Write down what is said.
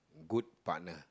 good partner